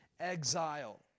exile